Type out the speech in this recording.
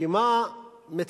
כי מה התכוון